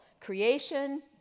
Creation